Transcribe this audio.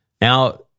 Now